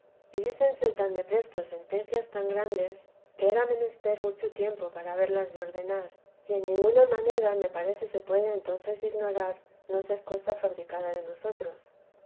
y dícense tan de presto sentencias tan grandes que era menester mucho tiempo para haberlas de ordenar y en ninguna manera me parece se puede entonces ignorar no ser cosa fabricada de nosotros